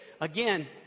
Again